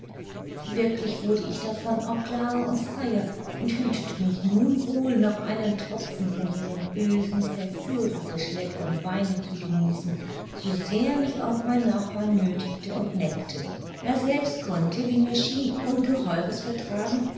wirklich wurde ich davon auch klarer und freier und hütete mich nun wohl noch einen tropfen von jenem bösen verführerisch leckern weine zu genießen so sehr mich auch mein nachbar nöthigte und neckte er selbst konnte wie mir schien ungeheures vertragen